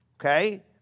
Okay